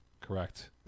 correct